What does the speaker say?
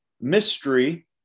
mystery